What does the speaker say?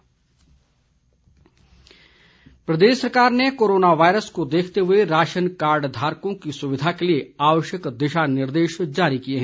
नागरिक आपूर्ति प्रदेश सरकार ने कोरोना वायरस को देखते हुए राशनकार्ड धारकों की सुविधा के लिए आवश्यक दिशा निर्देश जारी किए हैं